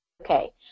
okay